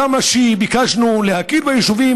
כמה ביקשנו להכיר ביישובים,